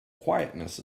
quietness